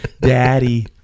Daddy